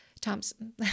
Thompson